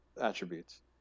attributes